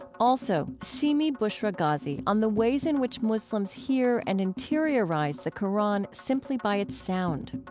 also, seemi bushra gazhi on the ways in which muslims hear and interiorize the qur'an simply by its sound.